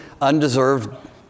undeserved